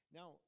Now